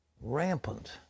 Rampant